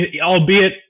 albeit